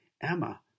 Emma